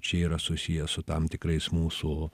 čia yra susiję su tam tikrais mūsų